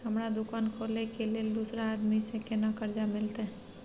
हमरा दुकान खोले के लेल दूसरा आदमी से केना कर्जा मिलते?